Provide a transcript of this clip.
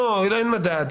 שנייה, לא, אין מדד.